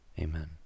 Amen